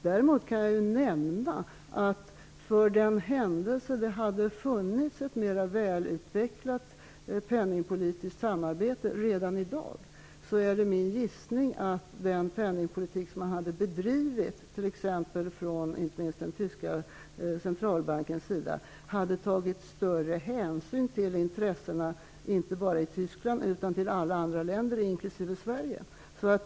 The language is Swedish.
Däremot kan jag nämna att i den händelse det hade funnits ett mera välutvecklat penningpolitiskt samarbete redan i dag är det min gissning att den penningpolitik som man hade bedrivit, inte minst från den tyska centralbankens sida, hade tagit större hänsyn till intressena -- inte bara i Tyskland -- i alla andra länder inklusive Sverige.